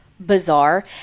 bizarre